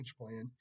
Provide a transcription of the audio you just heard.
plan